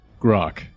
Grok